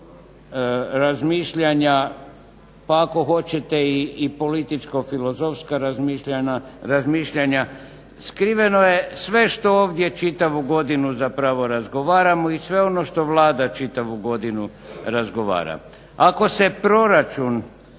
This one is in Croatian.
razmišljanja pa ako hoćete i političko-filozofska razmišljanja, skriveno je sve što ovdje čitavu godinu zapravo razgovaramo i sve ono što Vlada čitavu godinu razgovara. Ako se proračun